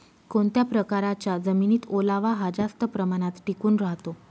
कोणत्या प्रकारच्या जमिनीत ओलावा हा जास्त प्रमाणात टिकून राहतो?